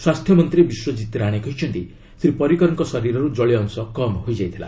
ସ୍ୱାସ୍ଥ୍ୟମନ୍ତ୍ରୀ ବିଶ୍ୱଜିତ୍ ରାଶେ କହିଛନ୍ତି ଶ୍ରୀ ପରିକରଙ୍କ ଶରୀରରୁ ଜଳୀୟ ଅଂଶ କମ୍ ହୋଇଯାଇଥିଲା